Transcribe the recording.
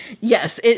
Yes